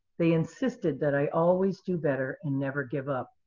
they insisted that i always do better and never give up.